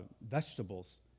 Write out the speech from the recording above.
vegetables